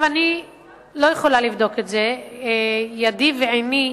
אני לא יכולה לבדוק את זה, ידי, ועיני,